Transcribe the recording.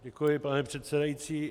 Děkuji, pane předsedající.